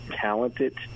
talented